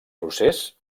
procés